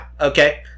Okay